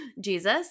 jesus